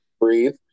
Breathe